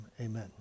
Amen